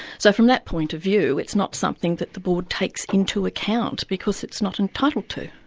so from that point of view it's not something that the board takes into account, because it's not entitled to.